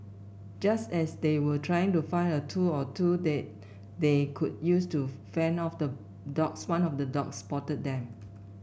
just as they were trying to find a tool or two that they could use to fend off the dogs one of the dogs spotted them